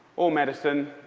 or medicine.